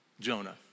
Jonah